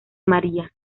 maría